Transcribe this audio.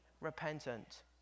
repentant